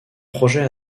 projet